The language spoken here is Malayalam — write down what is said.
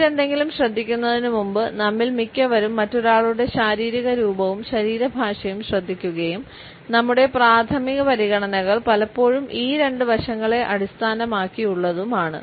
മറ്റെന്തെങ്കിലും ശ്രദ്ധിക്കുന്നതിനുമുമ്പ് നമ്മിൽ മിക്കവരും മറ്റൊരാളുടെ ശാരീരിക രൂപവും ശരീരഭാഷയും ശ്രദ്ധിക്കുകയും നമ്മുടെ പ്രാഥമിക പരിഗണനകൾ പലപ്പോഴും ഈ രണ്ട് വശങ്ങളെ അടിസ്ഥാനമാക്കിയുള്ളതുമാണ്